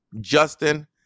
Justin